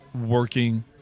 working